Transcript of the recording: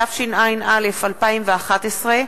התשע"א 2011,